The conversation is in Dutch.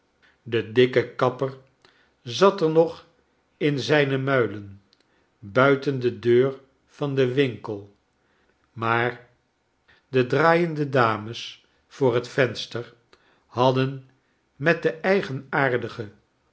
de dikke kapper zat er nog in zijne muilen buiten de deur van den winkel maar de draaiende dames voor het venster hadden metdeeigenaardige